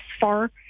far